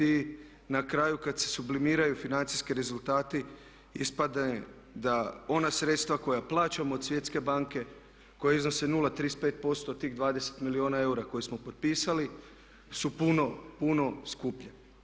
I na kraju kad se sublimiraju financijski rezultati ispadne da ona sredstva koja plaćamo do Svjetske banke i koji iznosi 0,35% od tih 20 milijuna eura koje smo potpisali su puno, puno skuplje.